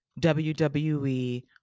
WWE